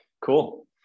cool